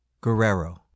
guerrero